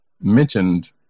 mentioned